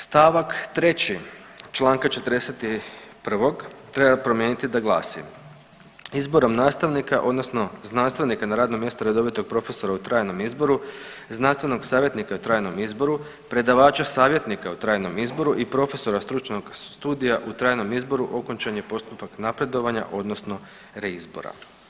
St. 3. čl. 41. treba promijeniti da glasi, izborom nastavnika odnosno znanstvenika na radnom mjestu redovitog profesora u trajnom izboru i znanstvenog savjetnika u trajnom izboru, predavača savjetnika u trajnom izboru i profesora stručnog studija u trajnom izboru okončan je postupak napredovanja odnosno reizbora.